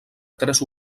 tres